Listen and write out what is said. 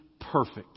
perfect